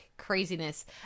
Craziness